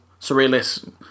surrealist